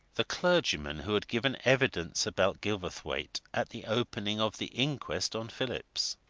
the clergyman who had given evidence about gilverthwaite at the opening of the inquest on phillips.